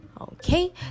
Okay